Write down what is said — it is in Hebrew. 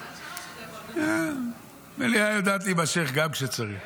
ועד 15:00 --- המליאה יודעת להימשך גם כשצריך.